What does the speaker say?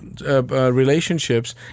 relationships